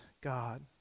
God